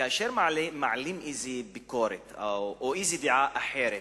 כאשר מעלים ביקורת או איזו דעה אחרת,